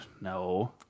No